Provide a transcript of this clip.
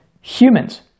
humans